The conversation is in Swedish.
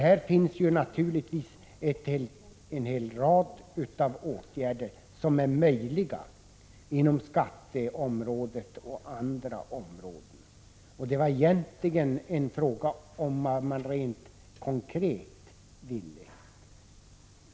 Det finns naturligtvis en hel rad åtgärder som är möjliga att vidta inom skatteområdet och andra områden. Min fråga gällde egentligen vad man rent konkret ville göra.